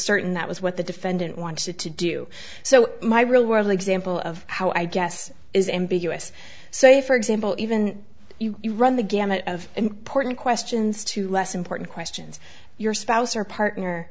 certain that was what the defendant wanted to do so my real world example of how i guess is ambiguous so for example even if you run the gamut of important questions to less important questions your spouse or partner